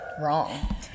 wrong